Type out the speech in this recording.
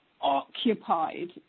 occupied